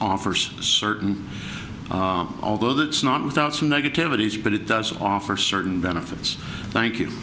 offers certain although that's not without some negativities but it does offer certain benefits thank you